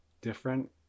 different